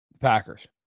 Packers